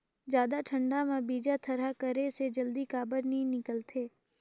जादा ठंडा म बीजा थरहा करे से जल्दी काबर नी निकलथे?